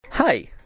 Hi